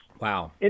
Wow